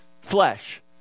flesh